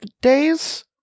days